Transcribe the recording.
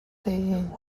saying